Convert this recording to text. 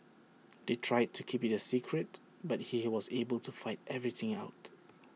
they tried to keep IT A secret but he was able to figure everything out